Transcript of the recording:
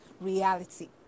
reality